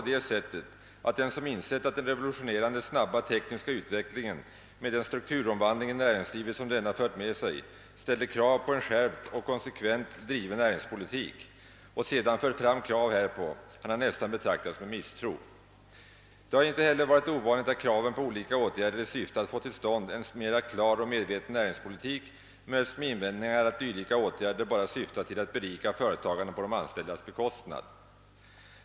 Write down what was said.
Den som insett, att den revolutionerande snabba tekniska utvecklingen med den strukturomvandling i näringslivet som denna fört med sig ställer krav på en skärpt och konsekvent driven näringspolitik, och sedan fört fram krav härpå har nästan betraktats med misstro. Det har icke heller varit ovanligt att kraven på olika åtgärder i syfte att få till stånd en mera klar och medveten näringspolitik mötts med invändningen att dylika åtgärder bara syftar till att berika företagarna på de anställdas bekostnad.